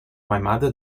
mother